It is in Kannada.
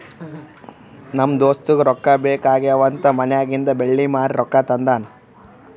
ನಮ್ ದೋಸ್ತಗ ರೊಕ್ಕಾ ಬೇಕ್ ಆಗ್ಯಾವ್ ಅಂತ್ ಮನ್ಯಾಗಿಂದ್ ಬೆಳ್ಳಿ ಮಾರಿ ರೊಕ್ಕಾ ತಂದಾನ್